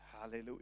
Hallelujah